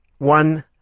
One